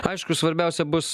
aišku svarbiausia bus